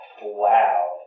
Wow